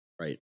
right